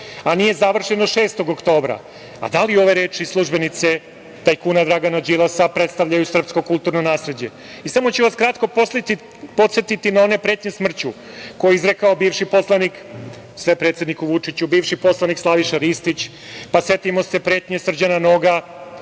a nije završeno 6. oktobra". Da li ove reči službenice tajkuna Dragana Đilasa predstavljaju srpsko kulturno nasleđe? Samo ću vas kratko podsetiti na one pretnje smrću koje je izrekao bivši poslanik, sve predsedniku Vučiću, bivši poslanik Slaviša Ristić. Setimo se pretnji Srđana Noga